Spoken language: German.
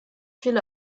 viele